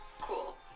Cool